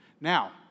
Now